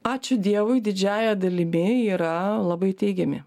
ačiū dievui didžiąja dalimi yra labai teigiami